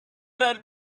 had